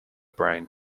brain